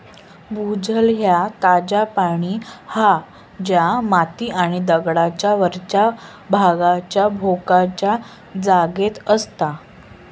भूजल ह्या ताजा पाणी हा जा माती आणि दगडांच्या वरच्या भागावरच्या भोकांच्या जागेत असता